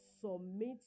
submit